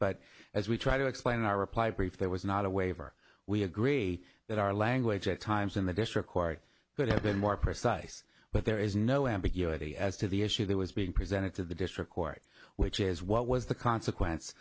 but as we try to explain our reply brief that was not a waiver we agree that our language at times in the district court could have been more precise but there is no ambiguity as to the issue that was being presented to the district court which is what was the consequence